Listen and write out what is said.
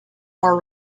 are